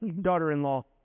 daughter-in-law